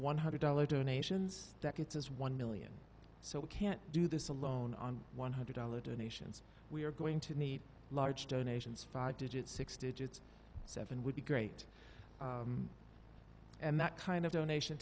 one hundred dollars donations that gets us one million so we can't do this alone on one hundred dollar donations we are going to need large donations five digits six digits seven would be great and that kind of donation